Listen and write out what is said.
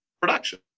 Production